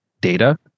data